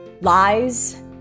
lies